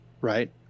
right